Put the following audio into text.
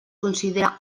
considera